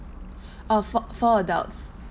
uh four four adults